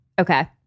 Okay